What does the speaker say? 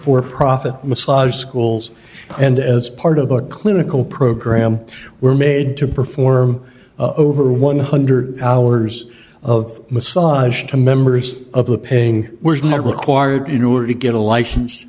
for profit massage schools and as part of a clinical program were made to perform over one hundred hours of massage to members of the paying was not required in order to get a license